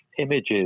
images